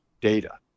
data